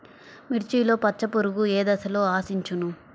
మిర్చిలో పచ్చ పురుగు ఏ దశలో ఆశించును?